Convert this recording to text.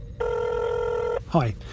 Hi